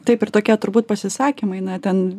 taip ir tokie turbūt pasisakymai na ten